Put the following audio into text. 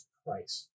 price